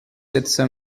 sept